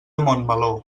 montmeló